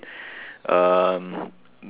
um